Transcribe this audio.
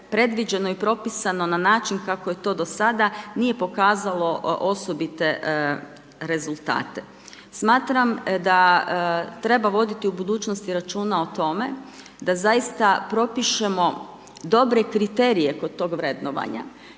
predviđeno i propisano na način kako je to do sada nije pokazalo osobite rezultate. Smatram da treba voditi u budućnosti računa o tome da zaista propišemo dobre kriterije kod tog vrednovanja,